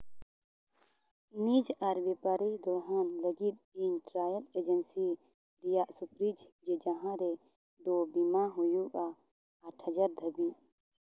ᱱᱤᱡᱽ ᱟᱨ ᱵᱮᱯᱟᱨᱤ ᱫᱳᱲᱦᱟᱱ ᱞᱟᱹᱜᱤᱫ ᱤᱧ ᱴᱨᱟᱭᱟᱞ ᱮᱡᱮᱱᱥᱤ ᱨᱮᱭᱟᱜ ᱥᱩᱯᱨᱤᱡᱽ ᱡᱮ ᱡᱟᱦᱟᱸ ᱨᱮ ᱫᱳ ᱵᱤᱢᱟ ᱦᱩᱭᱩᱜᱼᱟ ᱟᱴ ᱦᱟᱡᱟᱨ ᱫᱷᱟᱹᱵᱤᱡᱽ